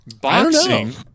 Boxing